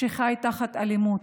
שחיות תחת אלימות,